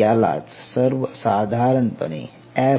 यालाच सर्वसाधारणपणे एफ